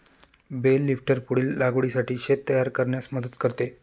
bell lifter पुढील लागवडीसाठी शेत तयार करण्यास मदत करते